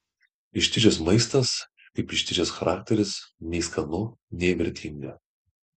ištižęs maistas kaip ištižęs charakteris nei skanu nei vertinga